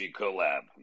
collab